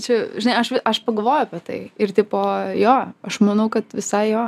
čia žinai aš aš pagalvoju apie tai ir tipo jo aš manau kad visai jo